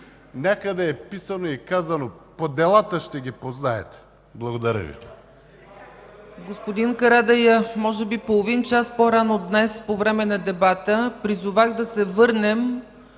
някъде е писано и казано: „По делата ще ги познаете”. Благодаря Ви.